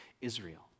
Israel